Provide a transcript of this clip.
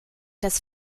das